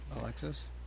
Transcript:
Alexis